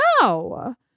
No